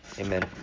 Amen